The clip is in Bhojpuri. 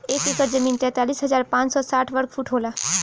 एक एकड़ जमीन तैंतालीस हजार पांच सौ साठ वर्ग फुट होला